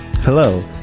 Hello